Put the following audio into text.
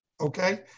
okay